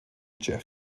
geoff